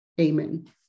Amen